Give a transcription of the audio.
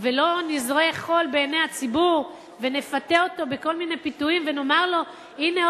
ולא נזרה חול בעיני הציבור ונפתה אותו בכל מיני פיתויים ונאמר לו: הנה,